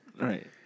Right